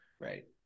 Right